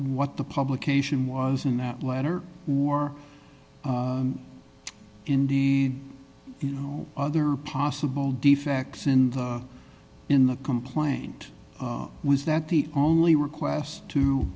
what the publication was in that letter or indeed you know other possible defects in the in the complaint was that the only requests to